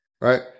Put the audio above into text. right